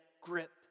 grip